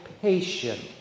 patience